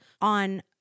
on